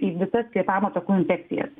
į visas kvėpavimo takų infekcijas